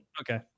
Okay